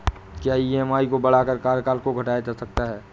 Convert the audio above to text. क्या ई.एम.आई को बढ़ाकर कार्यकाल को घटाया जा सकता है?